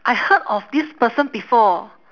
I heard of this person before